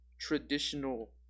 traditional